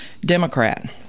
Democrat